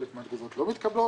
חלק מהתגובות לא מתקבלות.